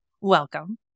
welcome